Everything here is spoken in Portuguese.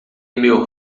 meu